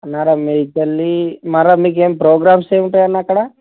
అన్నారం మీదకెళ్ళి మరి మీకేమి ప్రోగ్రామ్స్ ఏమి ఉంటాయి అన్నా అక్కడ